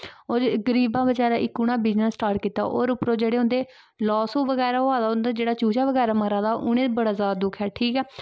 होर गरीबें बचैरै इक उनै बिज़नेस स्टार्ट कीता होर उप्परुं जेह्ड़े उं'दे लास बगैरा होआ दा उं'दा जेह्ड़ा चूचा बगैरा मरा दा उ'नेंगी बड़ा जादा दुख ऐ ठीक ऐ